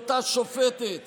תראו את ההתקפה של אותה שופטת